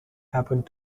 happened